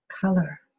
color